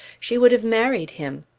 she would have married him.